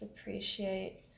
appreciate